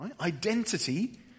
Identity